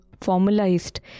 formalized